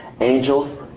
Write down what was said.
Angels